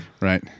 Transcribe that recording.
Right